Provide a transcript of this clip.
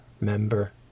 Member